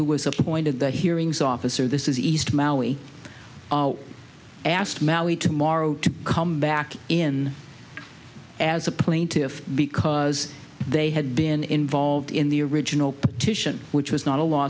who was appointed the hearings officer this is east maui asked mally tomorrow to come back in as a plaintiff because they had been involved in the original petition which was not a law